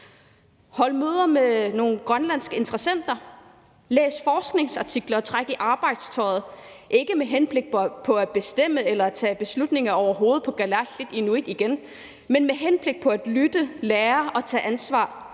Hold møder med nogle grønlandske interessenter, læs forskningsartikler, og træk i arbejdstøjet, ikke med henblik på at bestemme eller tage beslutninger overhovedet for kalaallit/inuit igen, men med henblik på at lytte, lære og tage ansvar,